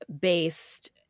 based